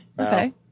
Okay